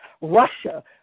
Russia